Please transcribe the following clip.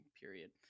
period